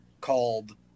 called